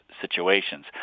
situations